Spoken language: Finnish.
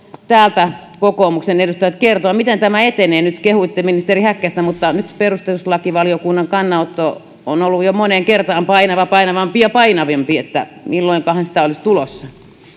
täällä kokoomuksen edustajat kertoa miten tämä etenee nyt kehuitte ministeri häkkästä mutta nyt perustuslakivaliokunnan kannanotto on ollut jo moneen kertaan painava painavampi ja painavampi milloinkahan sitä olisi tulossa